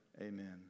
Amen